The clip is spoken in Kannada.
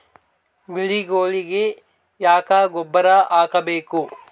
ಬೆಳಿಗೊಳಿಗಿ ಯಾಕ ಗೊಬ್ಬರ ಹಾಕಬೇಕು?